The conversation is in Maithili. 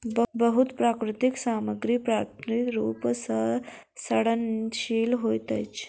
बहुत प्राकृतिक सामग्री प्राकृतिक रूप सॅ सड़नशील होइत अछि